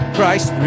Christ